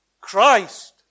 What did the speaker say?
Christ